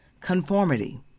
conformity